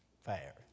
fair